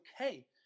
okay